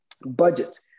budgets